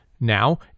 now